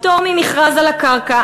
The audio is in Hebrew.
פטור ממכרז על הקרקע,